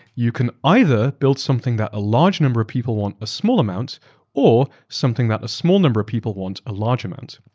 you can either build something that a large number of people want a small amount or something that a small number of people want a large amount.